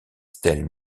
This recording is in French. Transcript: stèles